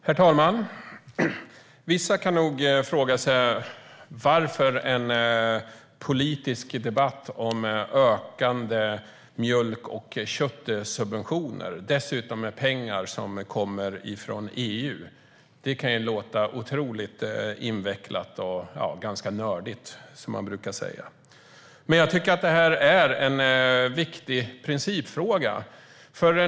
Herr talman! Vissa kan nog tycka att en politisk debatt om ökande mjölk och köttsubventioner - dessutom med pengar som kommer från EU - kan låta otroligt invecklad och ganska nördig, som man brukar säga. Jag tycker dock att detta är en viktig principfråga.